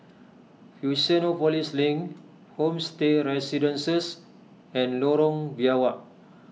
Fusionopolis Link Homestay Residences and Lorong Biawak